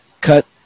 cut